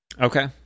Okay